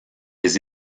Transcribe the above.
des